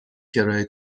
کرایه